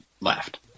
left